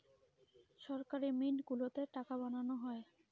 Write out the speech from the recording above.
সরকারি মিন্ট গুলোতে টাকা বানানো হয়